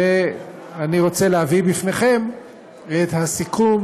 ואני רוצה להביא בפניכם את הסיכום